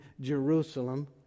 Jerusalem